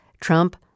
Trump